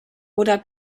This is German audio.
oder